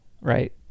right